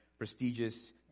prestigious